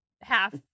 half